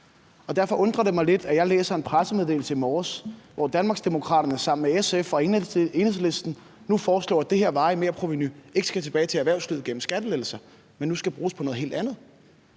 og derfor undrer det mig lidt, at jeg kunne læse en pressemeddelelse i morges, hvor Danmarksdemokraterne sammen med SF og Enhedslisten foreslår, at det her varige merprovenu ikke skal tilbage til erhvervslivet gennem skattelettelser, men nu skal bruges på noget helt andet.